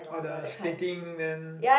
orh the splitting then